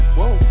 whoa